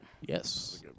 Yes